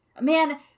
man